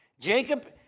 Jacob